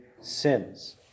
sins